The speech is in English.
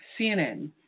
CNN